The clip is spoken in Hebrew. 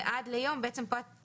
ועד ליום י"ד